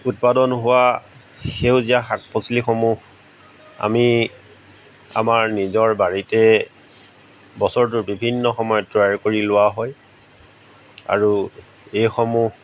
উৎপাদন হোৱা সেউজীয়া শাক পাচলিসমূহ আমি আমাৰ নিজৰ বাৰীতে বছৰটোৰ বিভিন্ন সময়ত তৈয়াৰ কৰি লোৱা হয় আৰু এইসমূহ